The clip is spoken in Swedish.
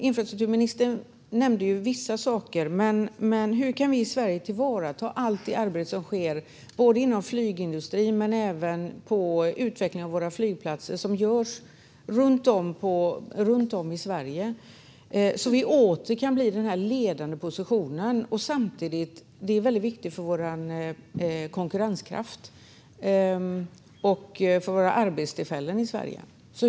Infrastrukturministern nämnde vissa saker, men hur kan vi tillvarata allt utvecklingsarbete som sker inom flygindustri och på våra flygplatser runt om i Sverige så att vi kan återta den ledande positionen? Detta är viktigt för vår konkurrenskraft och våra arbetstillfällen.